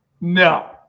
No